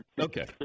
okay